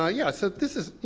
ah yeah, so this is, you